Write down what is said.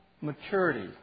maturity